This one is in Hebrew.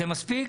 זה מספיק?